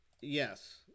yes